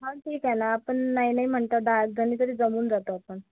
हा ठीक आहे ना आपण नाही नाही म्हणता दहा आठजणी तरी जमून जातो आपण